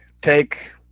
take